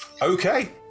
Okay